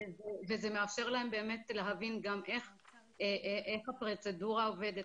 וזה מאפשר להם להבין גם איך הפרוצדורה עובדת,